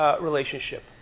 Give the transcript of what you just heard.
relationship